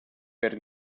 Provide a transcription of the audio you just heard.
per